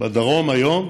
בדרום היום,